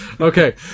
Okay